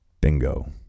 Bingo